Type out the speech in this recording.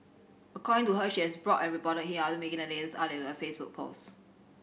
according to her she has blocked and reported him after making the latest update to her Facebook post